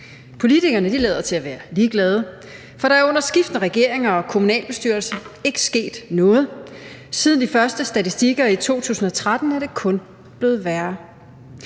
Politikerne lader til at være ligeglade, for der er under skiftende regeringer og kommunalbestyrelser ikke sket noget. Siden de første statistikker i 2013 er det kun blevet værre.